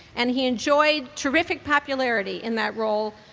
and he enjoyed terrific popularity in that role.